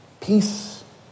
peace